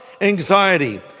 anxiety